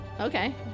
Okay